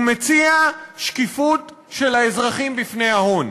הוא מציע שקיפות של האזרחים בפני ההון.